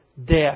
Death